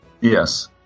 Yes